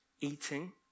eating